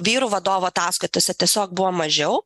vyrų vadovų ataskaitose tiesiog buvo mažiau